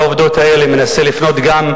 אבל אני תוהה,